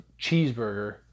cheeseburger